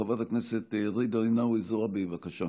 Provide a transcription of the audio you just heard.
חברת הכנסת ג'ידא רינאוי זועבי, בבקשה.